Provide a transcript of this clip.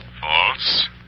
False